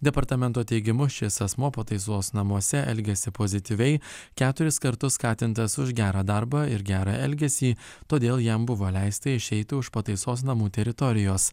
departamento teigimu šis asmuo pataisos namuose elgėsi pozityviai keturis kartus skatintas už gerą darbą ir gerą elgesį todėl jam buvo leista išeiti už pataisos namų teritorijos